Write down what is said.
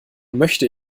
möchte